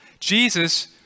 Jesus